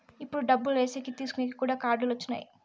ఇప్పుడు డబ్బులు ఏసేకి తీసుకునేకి కూడా కార్డులు వచ్చినాయి